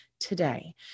today